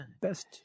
Best